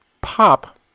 Pop